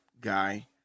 guy